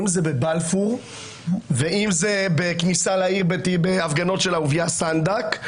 אם זה בבלפור ואם זה בכניסה לעיר בהפגנות של אהוביה סנדק,